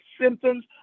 symptoms